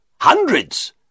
Hundreds